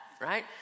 right